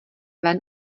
ven